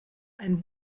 ein